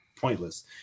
pointless